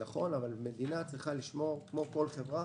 נכון, אבל מדינה צריכה לשמור, כמו כל חברה,